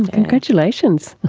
and congratulations.